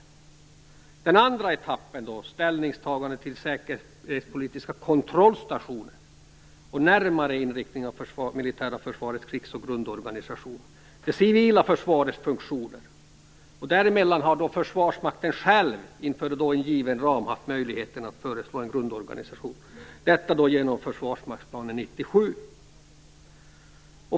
I den andra etappen ingick ställningstagande till den säkerhetspolitiska kontrollstationen och närmare inriktning av det militära försvarets krigs och grundorganisation samt det civila försvarets funktioner. Däremellan har Försvarsmakten själv inom en given ram haft möjlighet att föreslå en grundorganisation genom Försvarsmaktsplan 97.